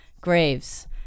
graves